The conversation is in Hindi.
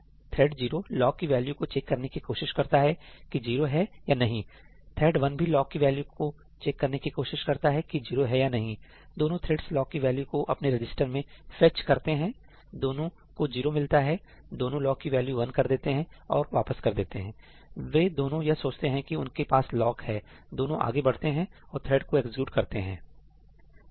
इसलिए थ्रेड 0 लॉक की वैल्यू को चेक करने की कोशिश करता है कि जीरो है या नहीं इसलिए थ्रेड वन भी लॉक की वैल्यू को चेक करने की कोशिश करता है की जीरो है या नहीं दोनों थ्रेड्स लॉक की वैल्यू को अपने रजिस्टर में फेच करते हैं दोनों को जीरो मिलता है दोनों लॉक की वैल्यू वन कर देते हैं और वापस कर देते हैं वे दोनों यह सोचते हैं कि उनके पास लॉक है दोनों आगे बढ़ते हैं और थ्रेड को एग्जीक्यूट करते हैं